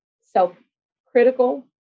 self-critical